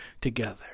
together